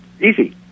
easy